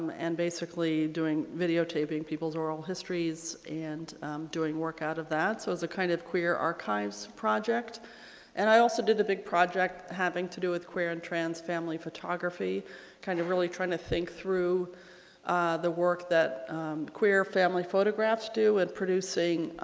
um and basically doing video taping people's oral histories and doing work out of that so it's a kind of queer archives project and i also did a big project having to do with queer and trans family photography kind of really trying to think through the work that queer family photographs do with producing